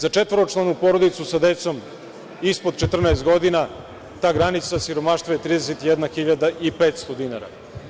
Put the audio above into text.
Za četvoročlanu porodicu sa decom ispod 14 godina ta granica siromaštva je 31.500 dinara.